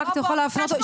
אתה יכול להפנות איפה זה?